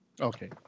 Okay